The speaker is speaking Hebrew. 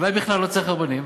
אולי בכלל לא צריך רבנים?